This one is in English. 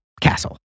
castle